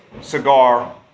cigar